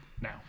now